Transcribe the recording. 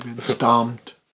Stomped